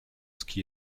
qui